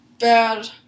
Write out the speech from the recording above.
Bad